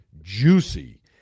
juicy